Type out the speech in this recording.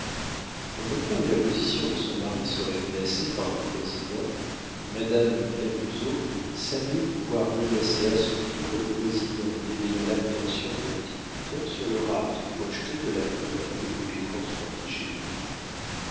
dans le cas où la position de son mari serait menacée par le président madame camusot savait pouvoir menacer à son tour le président en éveillant l'attention de l'horticulteur sur le rapt projeté de la fleur qu'il voulait transplanter chez lui